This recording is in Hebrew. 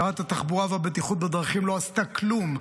שרת התחבורה והבטיחות בדרכים לא עשתה כלום.